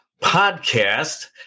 Podcast